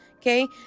Okay